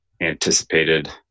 anticipated